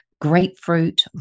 grapefruit